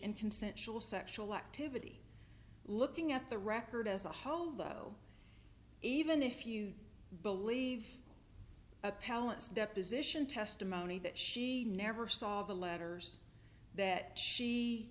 in consensual sexual activity looking at the record as a whole though even if you believe a palace deposition testimony that she never saw the letters that she